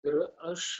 ir aš